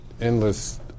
endless